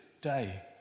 day